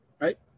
right